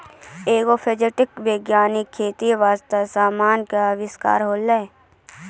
agrophysics विज्ञान खेती बास्ते समान के अविष्कार होलै